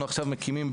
אנחנו מקימים עכשיו,